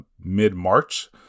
mid-March